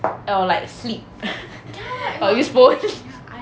I will like sleep or use phone